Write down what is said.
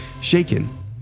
Shaken